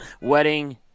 wedding